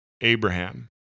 Abraham